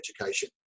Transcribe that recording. education